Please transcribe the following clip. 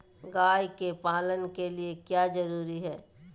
गाय के पालन के लिए क्या जरूरी है?